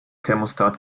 thermostat